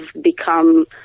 become